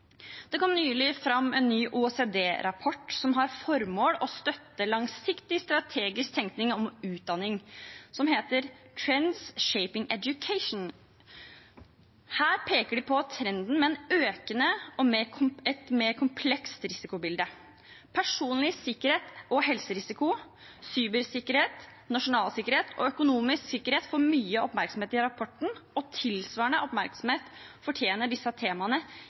Det kom nylig en ny OECD-rapport, som har som formål å støtte langsiktig strategisk tenkning om utdanning, som heter Trends Shaping Education. Her peker de på trenden med et økende og mer komplekst risikobilde. Personlig sikkerhet og helserisiko, cybersikkerhet, nasjonal sikkerhet og økonomisk sikkerhet får mye oppmerksomhet i rapporten, og tilsvarende oppmerksomhet fortjener disse temaene